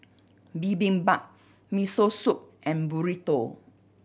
Bibimbap Miso Soup and Burrito